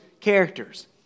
characters